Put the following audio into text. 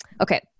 okay